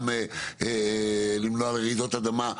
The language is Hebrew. גם למנוע רעידות אדמה,